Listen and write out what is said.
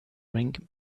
ring